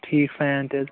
ٹھیٖک فین تہِ حظ